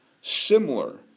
similar